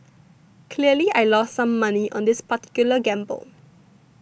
clearly I lost some money on this particular gamble